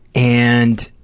and